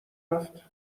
رفت